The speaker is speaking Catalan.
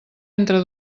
entre